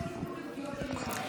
טיפול בפגיעות המיניות,